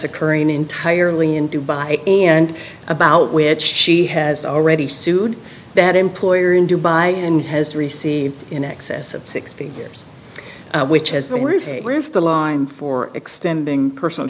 occurring entirely in dubai and about which she has already sued that employer in dubai and has received in excess of six figures which as the roof where is the line for extending personal